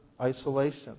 isolation